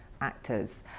actors